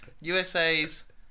USA's